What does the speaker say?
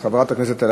אז חברת הכנסת אלהרר,